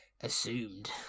assumed